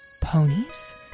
Ponies